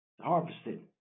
harvested